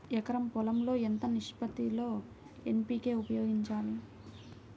ఎకరం పొలం లో ఎంత నిష్పత్తి లో ఎన్.పీ.కే ఉపయోగించాలి?